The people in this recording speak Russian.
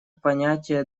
понятие